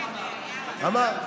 אמר.